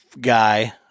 guy